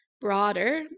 broader